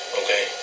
okay